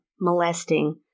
molesting